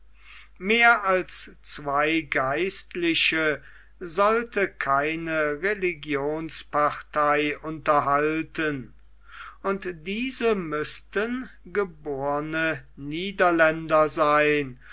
mehr als zwei geistliche sollte keine religionspartei unterhalten und diese müßten geborne niederländer sein